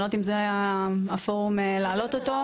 אני לא יודעת אם זה הפורום לעלות אותו.